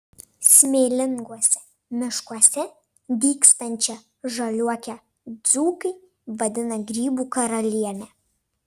smėlinguose miškuose dygstančią žaliuokę dzūkai vadina grybų karaliene